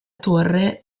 torre